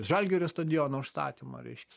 žalgirio stadiono užstatymo reiškia